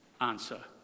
answer